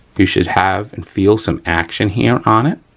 you should have and feel some action here on it,